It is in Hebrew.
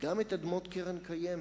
גם את אדמות קרן קיימת,